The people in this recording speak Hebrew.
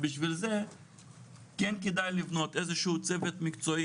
בשביל זה צריך לבנות איזה שהוא צוות מקצועי,